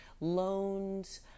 loans